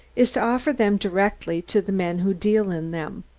is to offer them directly to the men who deal in them.